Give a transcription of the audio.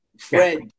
Fred